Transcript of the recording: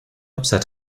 upset